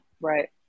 right